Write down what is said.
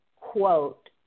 quote